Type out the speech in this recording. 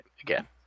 again